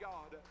God